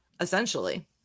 essentially